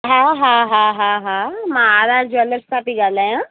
हा हा हा हा हा हा मां आर आर ज्वैलर्स मां थी ॻाल्हायां